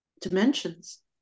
dimensions